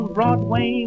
Broadway